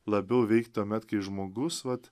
labiau veikt tuomet kai žmogus vat